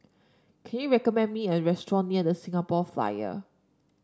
can you recommend me a restaurant near The Singapore Flyer